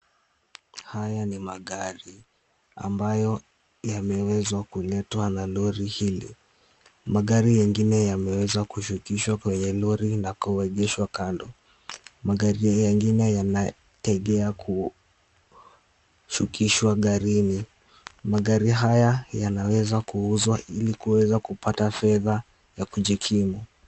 Haya ni magari ambayo yamewezwa kuletwa na lori hili. Magari ingine yameweza kushukishwa kwenye lori na kuegeshwa kando. Magari ingine yanategea kushukishwa garini, magari haya yanaweza kuuzwa ili kuweza kupata fedha ya kujikimu.